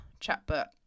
chatbot